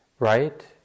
right